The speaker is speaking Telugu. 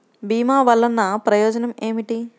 భీమ వల్లన ప్రయోజనం ఏమిటి?